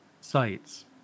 sites